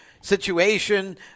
situation